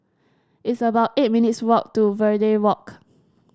it's about eight minutes' walk to Verde Walk